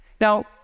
Now